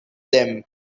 them